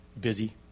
busy